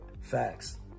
Facts